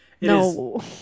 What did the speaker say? No